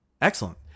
Excellent